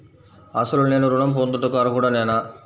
అసలు నేను ఋణం పొందుటకు అర్హుడనేన?